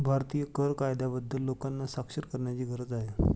भारतीय कर कायद्याबद्दल लोकांना साक्षर करण्याची गरज आहे